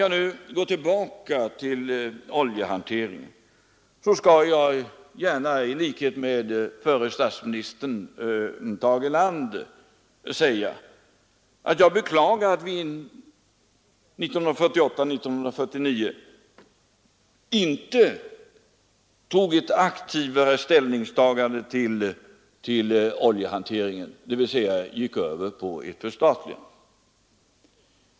Jag går tillbaka till oljehanteringen, och jag skall gärna — i likhet med förre statsministern Tage Erlander — säga att jag beklagar att vi inte 1948—1949 tog ett aktivare ställningstagande i fråga om oljehanteringen, dvs. gick över på ett förstatligande.